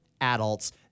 adults